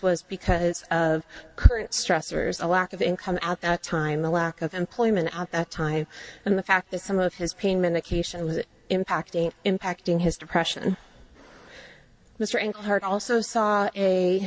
was because of current stressors a lack of income at that time the lack of employment at time and the fact that some of his pain medication was impacting impacting his depression mr and hurt also saw